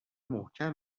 محکم